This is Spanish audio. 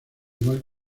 igual